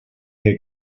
had